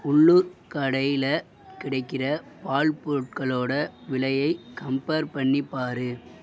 உள்ளூர் கடையில் கிடைக்கிற பால் பொருட்களோடய விலையை கம்பேர் பண்ணி பார்